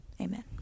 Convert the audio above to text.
Amen